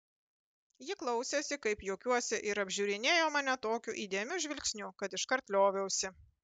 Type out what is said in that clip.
ji klausėsi kaip juokiuosi ir apžiūrinėjo mane tokiu įdėmiu žvilgsniu kad iškart lioviausi